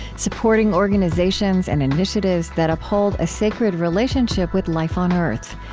supporting organizations and initiatives that uphold a sacred relationship with life on earth.